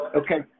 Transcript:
okay